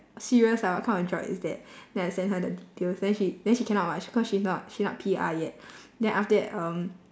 serious ah what kind of job is that then I send her the details then she then she cannot [what] she cause she's not she not P_R yet then after that um